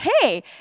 hey